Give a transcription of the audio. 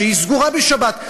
שסגורה בשבת,